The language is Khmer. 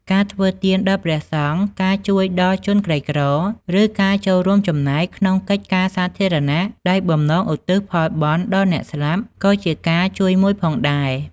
ការធ្វើទានដល់ព្រះសង្ឃ ការជួយដល់ជនក្រីក្រ ឬការចូលរួមចំណែកក្នុងកិច្ចការសាធារណៈដោយបំណងឧទ្ទិសផលបុណ្យដល់អ្នកស្លាប់ ក៏ជាការជួយមួយដែរ។